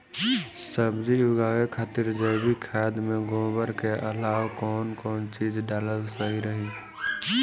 सब्जी उगावे खातिर जैविक खाद मे गोबर के अलाव कौन कौन चीज़ डालल सही रही?